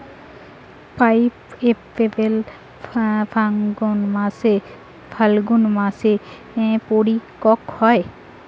pineapple ফাল্গুন মাসে পরিপক্ব হয়